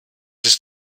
ist